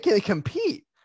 compete